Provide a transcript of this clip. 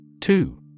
Two